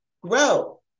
grow